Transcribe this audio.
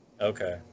Okay